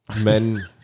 men